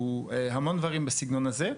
הוא המון דברים בסגנון הזה,